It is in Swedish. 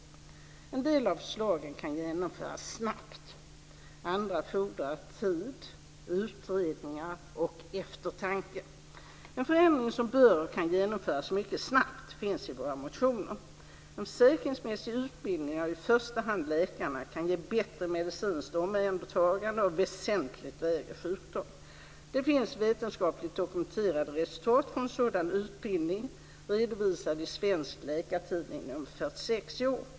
En del av förslagen kan genomföras snabbt. Andra fordrar tid, utredningar och eftertanke. En förändring som bör och kan genomföras mycket snabbt finns i våra motioner. En försäkringsmässig utbildning av i första hand läkarna kan ge bättre medicinskt omhändertagande och väsentligt lägre sjuktal. Det finns vetenskapligt dokumenterade resultat från en sådan utbildning redovisad i Läkartidningen nr 46 i år.